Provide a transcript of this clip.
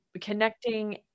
connecting